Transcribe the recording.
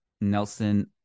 Nelson